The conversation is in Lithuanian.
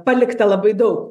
palikta labai daug